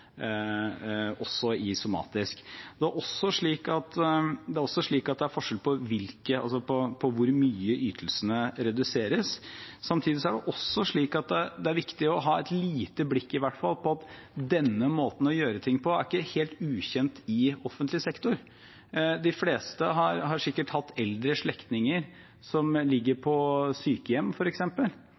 hvor mye ytelsene reduseres. Samtidig er det også slik at det er viktig å ha i hvert fall et lite blikk på at denne måten å gjøre ting på ikke er helt ukjent i offentlig sektor. De fleste har sikkert hatt eldre slektninger som ligger på sykehjem,